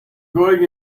going